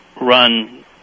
run